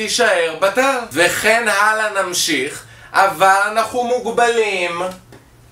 תישאר בטל וכן הלאה נמשיך אבל אנחנו מוגבלים